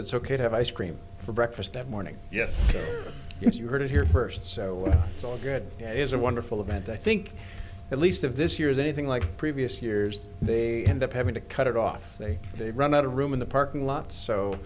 it's ok to have ice cream for breakfast that morning yes you heard it here first so it's all good it's a wonderful event i think at least of this year is anything like previous years they end up having to cut it off they may run out of room in the parking lot so